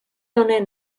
honen